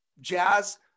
Jazz